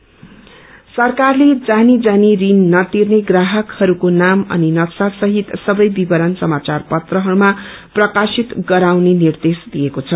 ब्यांकस सरकारले जानी जानी ऋण नर्तिने ग्राइकहरूको नाम अनि नक्सा सहित सवै विवरण समाचार पत्रहरूमा प्रकाशित गराउने निर्देश दिएको छ